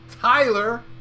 Tyler